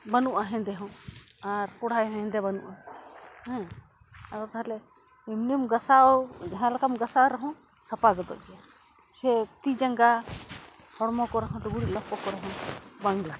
ᱵᱟᱱᱩᱜᱼᱟ ᱦᱮᱸᱫᱮ ᱦᱚᱸ ᱟᱨ ᱠᱚᱲᱟᱭ ᱦᱚᱸ ᱦᱮᱸᱫᱮ ᱵᱟᱹᱱᱩᱜᱼᱟ ᱦᱮᱸ ᱟᱫᱚ ᱛᱟᱦᱚᱞᱮ ᱤᱱᱟᱹᱢ ᱜᱟᱥᱟᱣ ᱡᱟᱦᱟᱸ ᱞᱮᱠᱟᱢ ᱜᱟᱥᱟᱣ ᱨᱮᱦᱚᱸ ᱥᱟᱯᱟ ᱜᱚᱫᱚᱜ ᱜᱮᱭᱟ ᱥᱮ ᱛᱤ ᱡᱟᱸᱜᱟ ᱦᱚᱲᱢᱚ ᱠᱚᱨᱮ ᱦᱚᱸ ᱞᱩᱜᱽᱲᱤ ᱞᱟᱯᱚᱜ ᱠᱚᱨᱮᱦᱚᱸ ᱵᱟᱝ ᱞᱟᱴᱷᱟᱜᱼᱟ